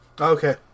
okay